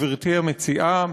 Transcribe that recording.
גברתי המציעה,